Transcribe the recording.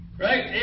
Right